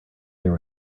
there